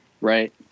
right